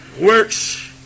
Works